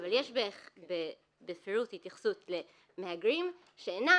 אבל יש בפירוש התייחסות למהגרים שאינם